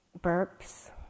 burps